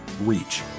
reach